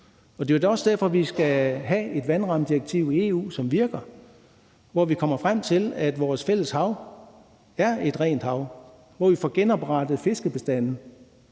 Det er også derfor, vi skal have et vandrammedirektiv i EU, som virker, og hvor vi kommer frem til, at vores fælles hav er et rent hav, hvor vi får genoprettet fiskebestandene.